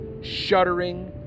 shuddering